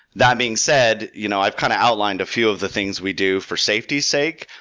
that being said, you know i've kind of outlined a few of the things we do for safety's sake.